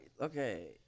okay